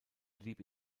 blieb